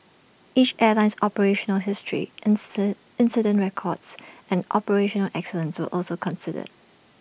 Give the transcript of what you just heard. each airline's operational history incident records and operational excellence to also considered